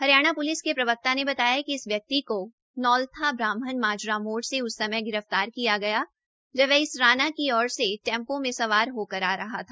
Haryana police के प्रवक्ता ने बताया कि इस व्यक्ति को नौल्था ब्राहमण माजरा मोड़ से उस समय गिरफ्तार किया गया जब वह इसराना की और से टेम्पो मे सवार होकर आ रहा था